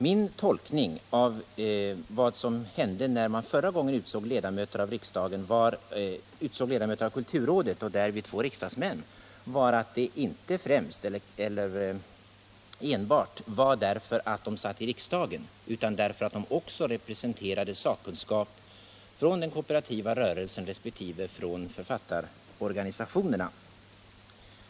Min tolkning av vad som hände när man förra gången utsåg ledamöter av kulturrådet, och bland dem två riksdagsmän, var att de inte valdes främst eller enbart därför att de satt i riksdagen utan därför att de representerade sakkunskap från den kooperativa rörelsen resp. från författarorganisationerna.